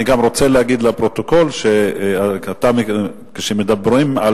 אני גם רוצה להגיד לפרוטוקול שכשמדברים על